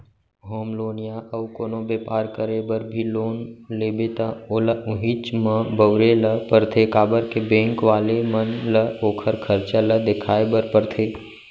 home loan या अउ कोनो बेपार करे बर भी लोन लेबे त ओला उहींच म बउरे ल परथे काबर के बेंक वाले मन ल ओखर खरचा ल देखाय बर परथे